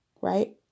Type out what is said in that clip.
right